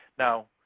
now,